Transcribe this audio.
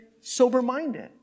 sober-minded